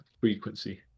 frequency